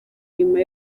nyuma